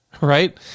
right